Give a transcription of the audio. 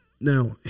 now